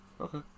Okay